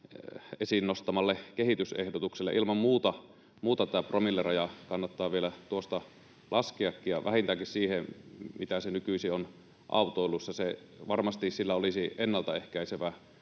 esiin nostamalle kehitysehdotukselle. Ilman muuta tätä promillerajaa kannattaa vielä tuosta laskeakin ja vähintäänkin siihen, mitä se nykyisin on autoilussa. Varmasti sillä olisi ennalta ehkäisevä